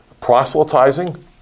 proselytizing